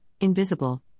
Invisible